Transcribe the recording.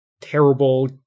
terrible